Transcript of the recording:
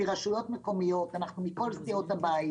מרשויות מקומיות אנחנו מכל סיעות הבית